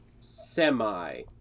semi